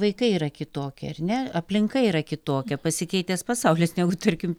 vaikai yra kitokie ar ne aplinka yra kitokia pasikeitęs pasaulis negu tarkim